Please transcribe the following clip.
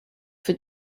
for